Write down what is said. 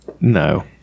No